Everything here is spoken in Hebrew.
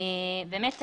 באמת,